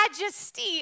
majesty